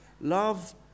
Love